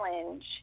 challenge